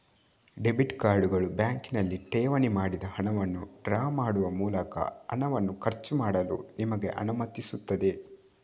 debit ಕಾರ್ಡುಗಳು ಬ್ಯಾಂಕಿನಲ್ಲಿ ಠೇವಣಿ ಮಾಡಿದ ಹಣವನ್ನು ಡ್ರಾ ಮಾಡುವ ಮೂಲಕ ಹಣವನ್ನು ಖರ್ಚು ಮಾಡಲು ನಿಮಗೆ ಅನುಮತಿಸುತ್ತವೆ